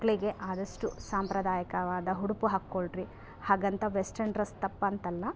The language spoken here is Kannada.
ಮಕ್ಕಳಿಗೆ ಆದಷ್ಟು ಸಾಂಪ್ರದಾಯಿಕವಾದ ಉಡುಪು ಹಾಕೊಳ್ರಿ ಹಾಗಂತ ವೆಸ್ಟರ್ನ್ ಡ್ರಸ್ ತಪ್ಪು ಅಂತಲ್ಲ